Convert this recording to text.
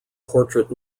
portrait